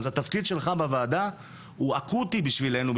אז התפקיד שלך בוועדה הוא אקוטי בשבילנו,